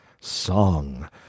song